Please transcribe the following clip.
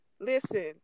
Listen